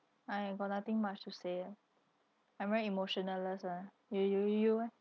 I ain't got nothing much to say ah I'm very lah you you you you eh